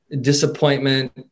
disappointment